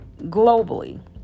globally